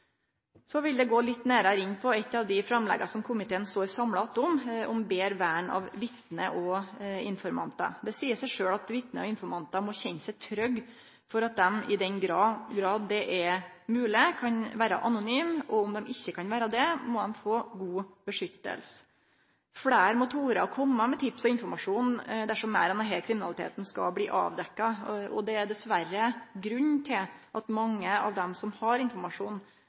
Så vil eg gå litt nærare inn på eit av dei framlegga som komiteen står samla om, om betre vern av vitne og informantar. Det seier seg sjølv at vitne og informantar må kjenne seg trygge for at dei i den grad det er mogleg, kan vere anonyme. Om dei ikkje kan vere det, må dei få god beskyttelse. Fleire må tore å kome med tips og informasjon dersom meir av denne kriminaliteten skal bli avdekt. Det er dessverre grunn til at mange at dei som har informasjon,